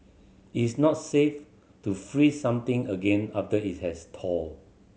is not safe to freeze something again after it has thawed